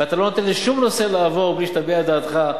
ואתה לא נותן לשום נושא לעבור בלי שתביע את דעתך.